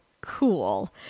cool